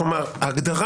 כלומר ההגדרה,